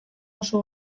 oso